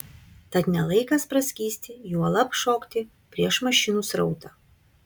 tad ne laikas praskysti juolab šokti prieš mašinų srautą